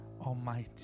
Almighty